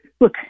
look